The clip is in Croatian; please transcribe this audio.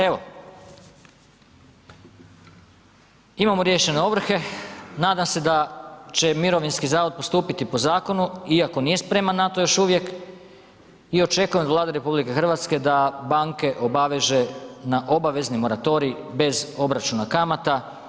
Evo, imamo riješene ovrhe nadam se da će mirovinski zavod postupiti po zakonu iako nije spreman na to još uvijek i očekujem od Vlade RH da banke obaveže na obavezni moratorij bez obračuna kamata.